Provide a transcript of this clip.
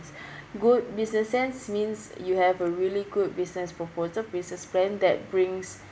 good business sense means you have a really good business proposal business plan that brings